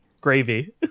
Gravy